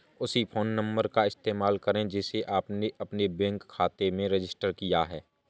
उसी phone number का इस्तेमाल करें जिसे आपने अपने बैंक खाते में रजिस्टर किया है